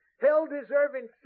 hell-deserving